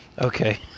Okay